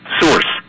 source